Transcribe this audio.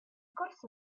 corso